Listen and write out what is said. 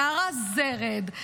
יערה זרד,